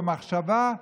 במחשבה,